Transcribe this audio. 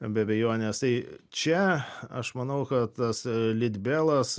be abejonės tai čia aš manau kad tas litbelas